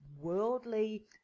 worldly